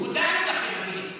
הודענו לכם, אדוני.